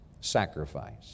sacrifice